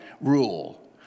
rule